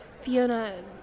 Fiona